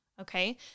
okay